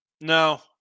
No